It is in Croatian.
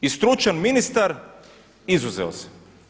I stručan ministar – izuzeo se.